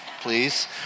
please